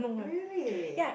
really